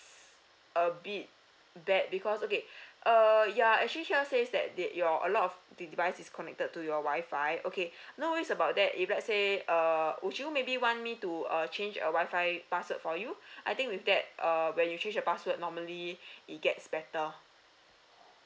a bit bad because okay err you're actually here says that that your a lot of device is connected to your WI-FI okay no worries about that if let's say err would you maybe want me to uh change a WI-FI password for you I think with that err when you change your password normally it gets better